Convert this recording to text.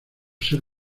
ser